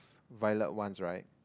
violet ones right